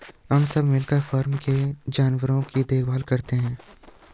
हम सब मिलकर फॉर्म के जानवरों की देखभाल करते हैं